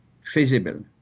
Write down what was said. feasible